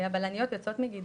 הבלניות יוצאות מגדרן.